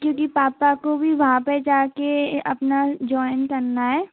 क्योंकि पापा को भी वहाँ पर जा कर अपना ज्वाइन करना है